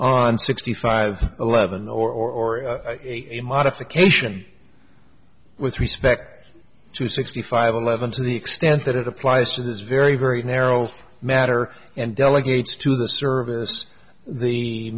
on sixty five eleven or a modification with respect to sixty five eleven to the extent that it applies to this very very narrow matter and delegates to the service the